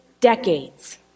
decades